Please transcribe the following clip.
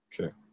okay